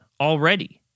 already